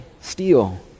steal